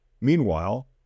Meanwhile